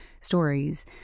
stories